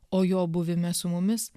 o jo buvime su mumis